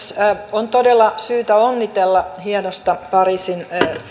on todella syytä onnitella hienosta pariisin